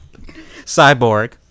cyborg